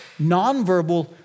nonverbal